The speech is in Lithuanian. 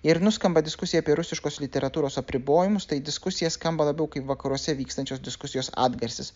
ir nuskamba diskusija apie rusiškos literatūros apribojimus tai diskusija skamba labiau kaip vakaruose vykstančios diskusijos atgarsis